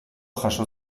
jaso